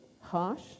harsh